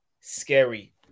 scary